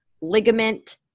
ligament